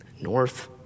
north